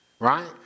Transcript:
right